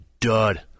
dud